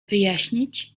wyjaśnić